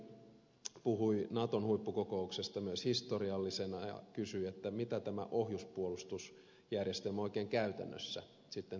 paloniemi puhui naton huippukokouksesta myös historiallisena ja kysyi mitä tämä ohjuspuolustusjärjestelmä oikein käytännössä sitten tarkoittaisi